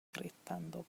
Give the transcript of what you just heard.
gritando